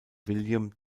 william